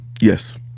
Yes